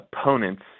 opponents